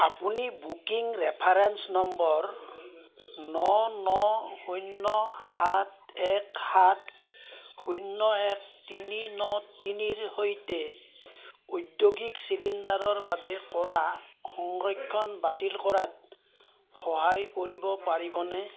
আপুনি booking reference number ন ন শূন্য সাত এক সাত শূন্য এক তিনি ন তিনি ৰ সৈতে ঔদ্যোগিক চিলিণ্ডাৰৰ বাবে কৰা সংৰক্ষণ বাতিল কৰাত সহায় কৰিব পাৰিবনে